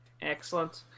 excellent